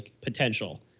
potential